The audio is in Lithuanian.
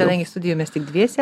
kadangi studijoj mes tik dviese